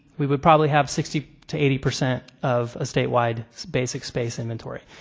we could probably have sixty to eighty percent of a statewide basic space inventory.